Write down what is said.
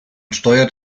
steuert